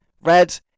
Red